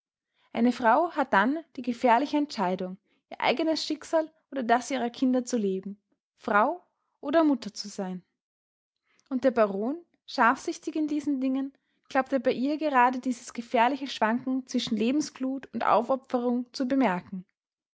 eine frau hat dann die gefährliche entscheidung ihr eigenes schicksal oder das ihrer kinder zu leben frau oder mutter zu sein und der baron scharfsichtig in diesen dingen glaubte bei ihr gerade dieses gefährliche schwanken zwischen lebensglut und aufopferung zu bemerken